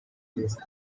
season